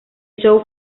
show